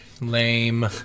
Lame